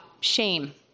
shame